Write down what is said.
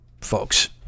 folks